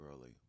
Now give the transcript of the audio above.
early